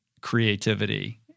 creativity